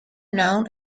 known